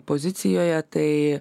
pozicijoje tai